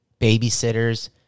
babysitters